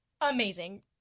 Amazing